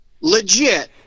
legit